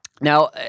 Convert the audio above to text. Now